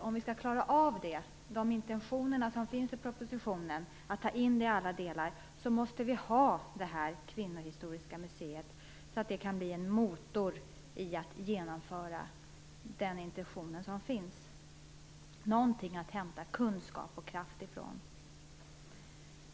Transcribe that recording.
Om vi skall klara av de intentioner som finns i propositionen och ta in det i alla delar måste vi ha detta kvinnohistoriska museum. Det kan bli en motor i genomförandet av de intentioner som finns. Det måste finnas någonting att hämta kunskap och kraft ifrån.